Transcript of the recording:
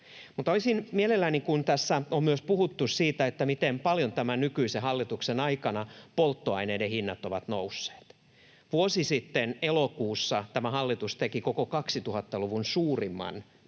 olisin mielelläni, kun tässä on myös puhuttu siitä, miten paljon tämän nykyisen hallituksen aikana polttoaineiden hinnat ovat nousseet... Vuosi sitten elokuussa tämä hallitus teki koko 2000-luvun suurimman